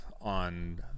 on